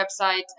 website